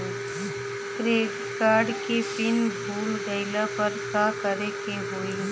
Credit card के PIN भूल गईला पर का करे के होई?